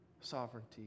sovereignty